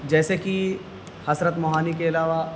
جیسے کہ حسرت موہانی کے علاوہ